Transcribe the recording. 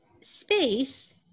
space